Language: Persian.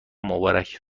مبارک